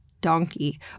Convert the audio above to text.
donkey